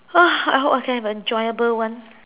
I hope I can have an enjoyable one